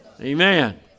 Amen